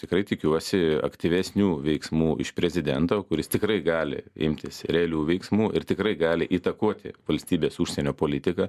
tikrai tikiuosi aktyvesnių veiksmų iš prezidento kuris tikrai gali imtis realių veiksmų ir tikrai gali įtakoti valstybės užsienio politiką